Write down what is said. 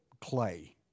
clay